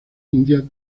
india